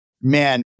man